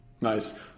Nice